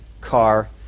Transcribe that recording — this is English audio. car